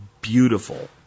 beautiful